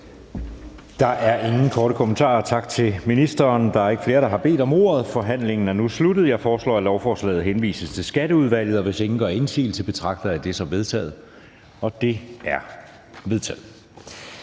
Der er ingen korte bemærkninger. Tak til ministeren. Der er ikke flere, der har bedt om ordet, så forhandlingen er sluttet. Jeg foreslår, at lovforslaget henvises til Skatteudvalget. Hvis ingen gør indsigelse, betragter jeg det som vedtaget. Det er vedtaget.